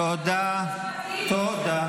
תודה.